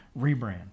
rebrand